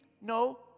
no